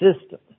system